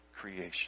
creation